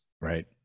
Right